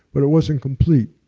but it wasn't complete.